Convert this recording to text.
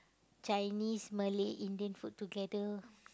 Chinese Malay Indian food together